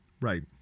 Right